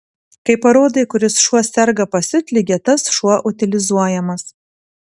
kai parodai kuris šuo serga pasiutlige tas šuo utilizuojamas